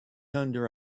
under